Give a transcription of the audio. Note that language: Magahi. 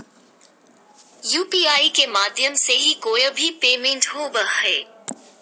यू.पी.आई के माध्यम से ही कोय भी पेमेंट होबय हय